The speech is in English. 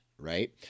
Right